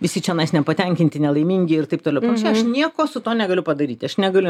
visi čionais nepatenkinti nelaimingi ir taip toliau aš nieko su tuo negaliu padaryti aš negaliu